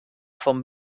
font